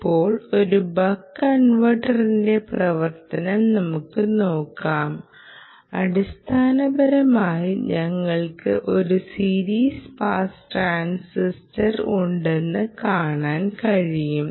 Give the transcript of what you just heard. ഇപ്പോൾ ഒരു ബക്ക് കൺവെർട്ടറിന്റെ പ്രവർത്തനം നമുക്ക് നോക്കാം അടിസ്ഥാനപരമായി ഞങ്ങൾക്ക് ഒരു സീരീസ് പാസ് ട്രാൻസിസ്റ്റർ ഉണ്ടെന്ന് കാണാൻ കഴിയും